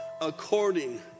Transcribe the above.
according